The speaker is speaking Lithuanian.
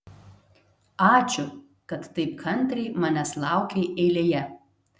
ačiū kad taip kantriai manęs laukei eilėje